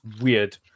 weird